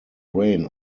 rain